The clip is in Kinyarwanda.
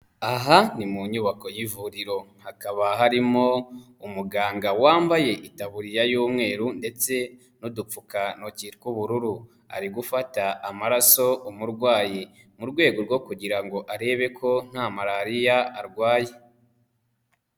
Aha ni mu nyubako y'ivuriro hakaba harimo umuganga wambaye itabuririya y'umweru ndetse n'udupfukantoki tw'ubururu, ari gufata amaraso umurwayi mu rwego rwo kugira ngo arebe ko nta malariya arwaye.